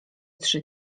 trzy